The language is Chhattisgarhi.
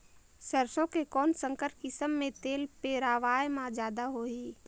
सरसो के कौन संकर किसम मे तेल पेरावाय म जादा होही?